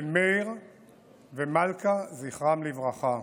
בן מאיר ומלכה, זכרם לברכה,